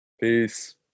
Peace